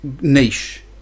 niche